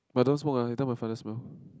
but don't smoke ah later my father smell